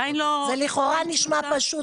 זה לכאורה נשמע פשוט,